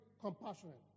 compassionate